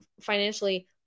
financially